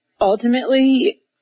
ultimately